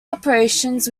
operations